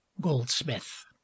goldsmith